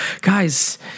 guys